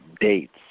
dates